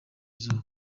izuba